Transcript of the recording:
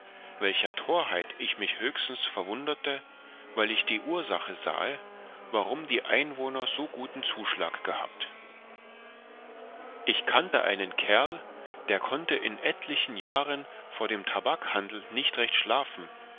welcher torheit ich mich höchstens verwunderte weil ich die ursache sahe warum die einwohner so guten zuschlag gehabt ich kannte einen kerl der konnte in etlichen jahren vor dem tabakhandel nicht recht schlafen